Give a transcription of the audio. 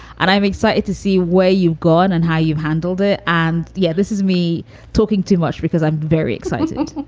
and i'm excited to see where you've gone and how you've handled it. and, yeah, this is me talking too much because i'm very excited